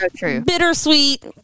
bittersweet